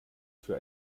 für